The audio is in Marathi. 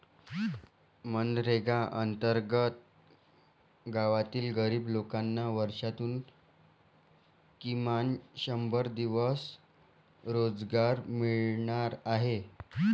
मनरेगा अंतर्गत गावातील गरीब लोकांना वर्षातून किमान शंभर दिवस रोजगार मिळणार आहे